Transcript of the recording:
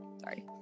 Sorry